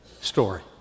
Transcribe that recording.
story